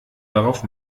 darauf